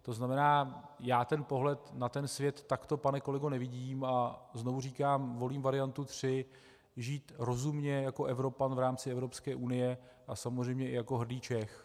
To znamená, já ten pohled na svět takto, pane kolego, nevidím a znovu říkám, volím variantu tři žít rozumně jako Evropan v rámci EU a samozřejmě i jako hrdý Čech.